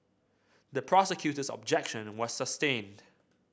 the prosecutor's objection was sustained